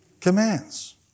commands